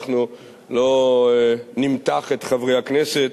אנחנו לא נמתח את חברי הכנסת,